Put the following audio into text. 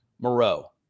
Moreau